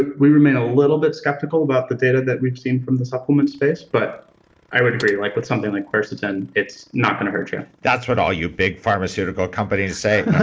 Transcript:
we remain a little bit skeptical about the data that we've seen from the supplement space, but i would agree like with something like quercetin, it's not going to hurt you that's what all you big pharmaceutical companies say,